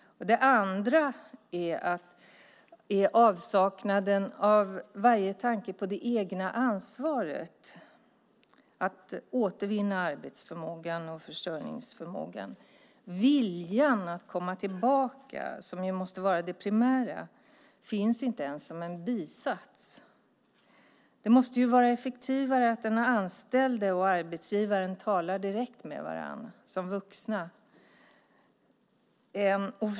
Den andra är avsaknaden av varje tanke på det egna ansvaret att återvinna arbetsförmågan och försörjningsförmågan. Viljan att komma tillbaka, som måste vara det primära, finns inte ens som en bisats. Det måste vara effektivare att den anställde och arbetsgivaren talar direkt med varandra som vuxna.